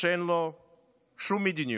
שאין לו שום מדיניות.